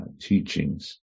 teachings